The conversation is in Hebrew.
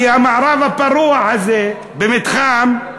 כי המערב הפרוע הזה, במתחם,